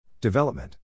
Development